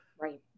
Right